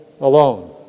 alone